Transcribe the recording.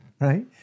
right